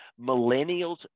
millennials